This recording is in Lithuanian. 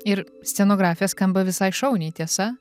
ir scenografė skamba visai šauniai tiesa